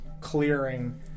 clearing